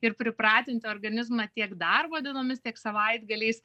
ir pripratinti organizmą tiek darbo dienomis tiek savaitgaliais